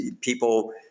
people